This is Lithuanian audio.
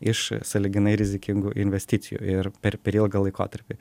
iš sąlyginai rizikingų investicijų ir per per ilgą laikotarpį